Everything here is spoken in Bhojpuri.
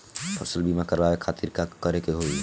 फसल बीमा करवाए खातिर का करे के होई?